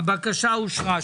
הצבעה הבקשה אושרה.